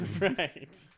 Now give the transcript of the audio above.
Right